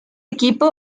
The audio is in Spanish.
equipo